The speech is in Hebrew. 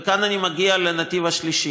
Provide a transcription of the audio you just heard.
וכאן אני מגיע לנתיב השלישי.